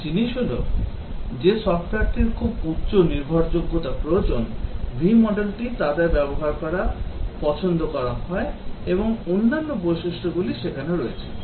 একটি জিনিস হল যে সফ্টওয়্যারটির খুব উচ্চ নির্ভরযোগ্যতা প্রয়োজন V modelটি তাদের ব্যবহার করা পছন্দ করা হয় এবং অন্যান্য বৈশিষ্ট্যগুলি এখানে রয়েছে